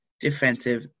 defensive